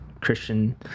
Christian